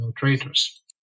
traitors